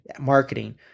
marketing